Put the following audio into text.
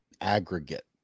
aggregate